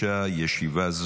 הישיבה,